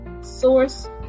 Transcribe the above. source